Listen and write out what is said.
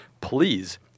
Please